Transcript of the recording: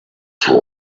time